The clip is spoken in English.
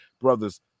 brothers